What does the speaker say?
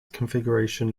configuration